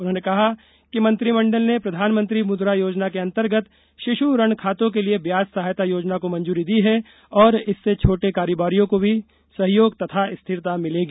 उन्होंने कहा कि मंत्रिमंडल ने प्रधानमंत्री मुद्रा योजना के अंतर्गत शिशु ऋण खातों के लिए ब्याज सहायता योजना को मंजूरी दी है और इससे छोटे कारोबारियों को सहयोग तथा स्थिरता मिलेगी